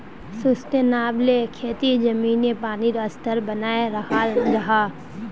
sustainable खेतित ज़मीनी पानीर स्तर बनाए राखाल जाहा